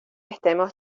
estemos